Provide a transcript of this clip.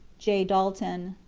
j. dalton.